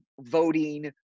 voting